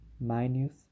Minus